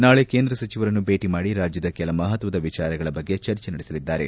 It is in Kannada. ನಾಳೆ ಕೇಂದ್ರ ಸಚಿವರನ್ನು ಭೇಟಿ ಮಾಡಿ ರಾಜ್ಯದ ಕೆಲ ಮಪತ್ವದ ವಿಚಾರಗಳ ಬಗ್ಗೆ ಚರ್ಚೆ ನಡೆಸಲಿದ್ದಾರೆ